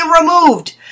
removed